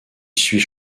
suis